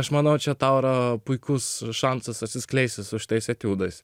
aš manau čia tau yra puikus šansas atsiskleisti su šitais etiudas